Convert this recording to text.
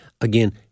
again